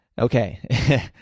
Okay